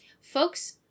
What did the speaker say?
folks